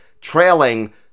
trailing